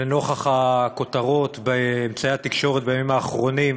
לנוכח הכותרות באמצעי התקשורת בימים האחרונים,